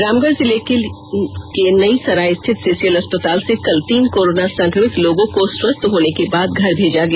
रामगढ़ जिले के नई सराय स्थित सीसीएल अस्पताल से कल तीन कोरोना संक्रमित लोगों को स्वस्थ होने के बाद घर भेजा गया